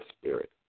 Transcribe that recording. spirit